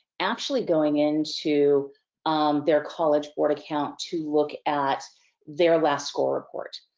actually going into um their college board account to look at their last score report.